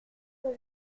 que